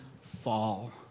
fall